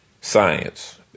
science